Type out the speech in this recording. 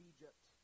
Egypt